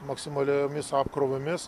maksimaliomis apkrovomis